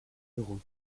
dugu